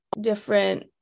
different